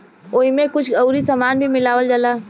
ओइमे कुछ अउरी सामान भी मिलावल जाला